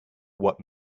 what